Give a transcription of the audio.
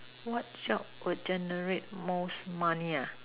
what job will generate most money